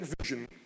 vision